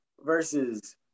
versus